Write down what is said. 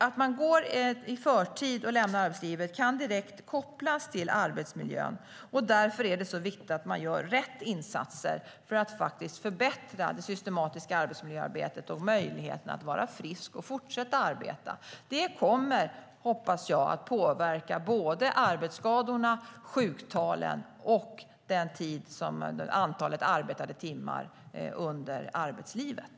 Att lämna arbetslivet i förtid kan direkt kopplas till arbetsmiljön. Därför är det så viktigt att göra rätt insatser för att faktiskt förbättra det systematiska arbetsmiljöarbetet och möjligheten att vara frisk och fortsätta att arbeta. Jag hoppas att det kommer att påverka mängden arbetsskador, sjuktalen och antalet arbetade timmar under arbetslivet.